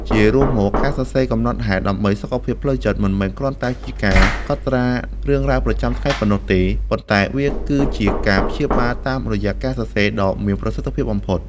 ជារួមមក ការសរសេរកំណត់ហេតុដើម្បីសុខភាពផ្លូវចិត្ត មិនមែនគ្រាន់តែជាការកត់ត្រារឿងរ៉ាវប្រចាំថ្ងៃប៉ុណ្ណោះទេ ប៉ុន្តែវាគឺជាការព្យាបាលតាមរយៈការសរសេរ ដ៏មានប្រសិទ្ធភាពបំផុត។